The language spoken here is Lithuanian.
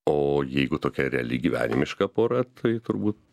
o jeigu tokia reali gyvenimiška pora tai turbūt